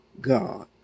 God